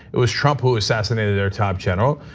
it was trump who assassinated their top general.